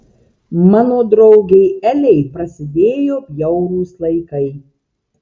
mano draugei elei prasidėjo bjaurūs laikai